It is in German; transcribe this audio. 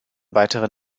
weitere